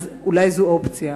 אז אולי זאת אופציה,